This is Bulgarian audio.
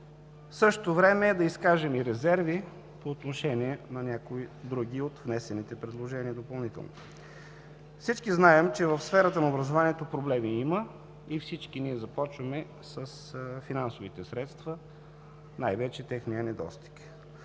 същото време да изкажем и резерви по отношение на някои други от допълнително внесените предложения. Всички знаем, че в сферата на образованието проблеми има, и всички ние започваме с финансовите средства, най-вече техния недостиг.